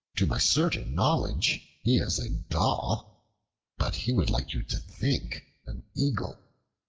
to my certain knowledge he is a daw but he would like you to think an eagle.